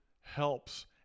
helps